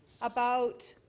about